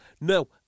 No